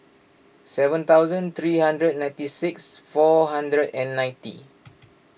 seven thousand three hundred and ninety six four hundred and ninety